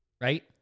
right